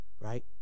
right